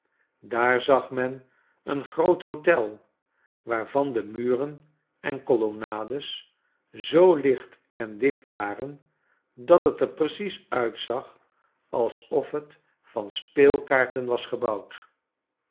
daar zag men een groot hotel waarvan de muren en collonades zoo licht en dicht waren dat het er precies uitzag alsof het van speelkaarten was gebouwd